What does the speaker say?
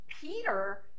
Peter